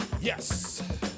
yes